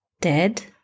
dead